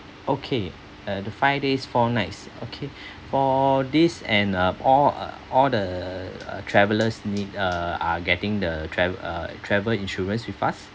okay uh the five days four nights okay for this and uh all uh all the uh travellers need err are getting the travel uh travel insurance with us